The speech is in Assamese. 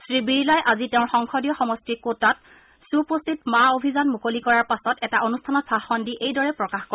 শ্ৰীবিৰলাই আজি তেওঁৰ সংসদীয় সমষ্টি কোটাত সুপোষিত মা অভিযান মুকলি কৰাৰ পাছত এটা অনুষ্ঠানত ভাষণ দি এইদৰে প্ৰকাশ কৰে